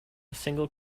single